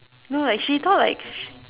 no like she thought like